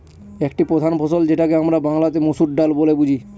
একটি প্রধান ফসল যেটাকে আমরা বাংলাতে মসুর ডাল বলে বুঝি